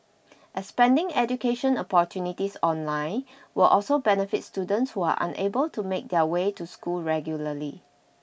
expanding education opportunities online will also benefit students who are unable to make their way to school regularly